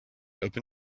open